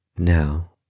Now